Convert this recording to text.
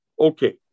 Okay